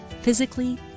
physically